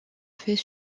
fait